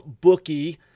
bookie